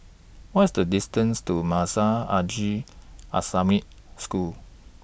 What IS The distance to Madrasah Aljunied Al Islamic School